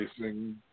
racing